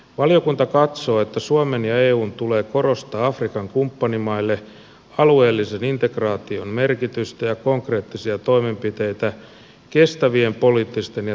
valiokunta katsoo että suomen ja eun tulee korostaa afrikan kumppanimaille alueellisen integraation merkitystä ja konkreettisia toimenpiteitä kestävien poliittisten ja turvallisuusrakenteiden kehittämiseksi